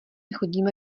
chodíme